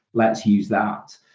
let's use that.